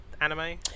anime